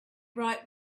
right